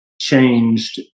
changed